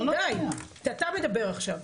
די, אתה מדבר עכשיו.